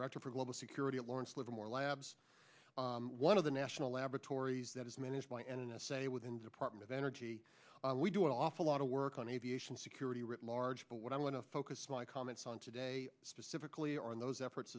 director for global security at lawrence livermore labs one of the national laboratories that is managed by n s a within department of energy we do an awful lot of work on aviation security written large but what i'm going to focus my comments on today specifically are those efforts